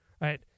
Right